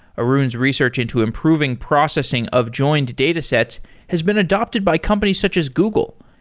arun's research into improving processing of joined datasets has been adapted by companies such as google.